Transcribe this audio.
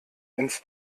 ins